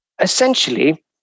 Essentially